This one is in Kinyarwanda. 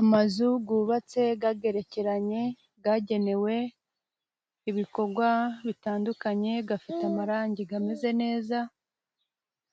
Amazu gubatse gagerekeranye gagenewe ibikogwa bitandukanye, gafite amarangi gameze neza